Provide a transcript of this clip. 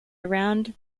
around